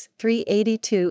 382